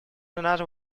another